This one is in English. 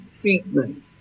treatment